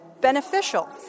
beneficial